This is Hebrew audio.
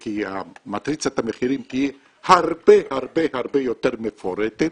כי מטריצת המחירים תהיה הרבה הרבה הרבה יותר מפורטת,